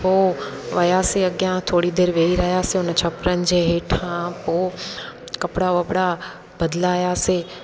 पोइ वियासीं अॻियां थोरी देरि वेही रहियासीं उन छपरनि जे हेठां पोइ कपिड़ा वपड़ा बदिलियासीं